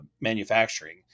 manufacturing